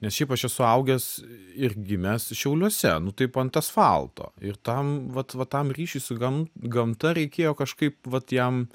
nes šiaip aš esu augęs ir gimęs šiauliuose nu taip ant asfalto ir tam vat va tam ryšiui su gam gamta reikėjo kažkaip vat jam